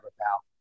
pal